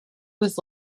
was